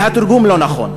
או שהתרגום לא נכון.